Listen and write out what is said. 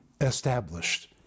established